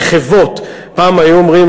"מחוות" פעם היו אומרים,